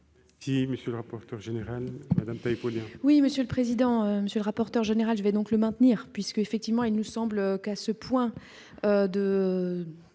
vote. Monsieur le rapporteur général,